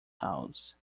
house